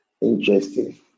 Interesting